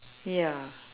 ya